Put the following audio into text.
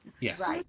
Yes